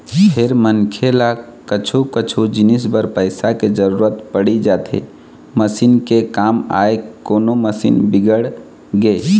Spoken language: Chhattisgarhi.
फेर मनखे ल कछु कछु जिनिस बर पइसा के जरुरत पड़ी जाथे मसीन के काम आय कोनो मशीन बिगड़गे